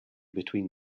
between